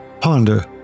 ponder